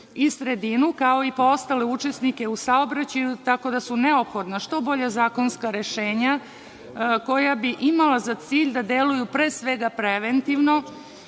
i sredinu, kao i po ostale učesnike u saobraćaju, tako da su neophodna što bolja zakonska rešenja koja bi imala za cilj da deluju pre svega preventivno,